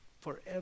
Forever